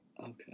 Okay